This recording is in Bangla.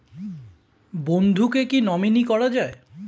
বন্ধুকে কী নমিনি করা যায়?